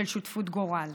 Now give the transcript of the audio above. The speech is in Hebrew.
של שותפות גורל,